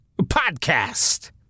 podcast